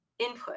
Input